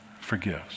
forgives